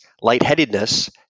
lightheadedness